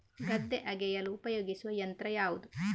ಗದ್ದೆ ಅಗೆಯಲು ಉಪಯೋಗಿಸುವ ಯಂತ್ರ ಯಾವುದು?